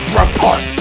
report